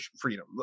Freedom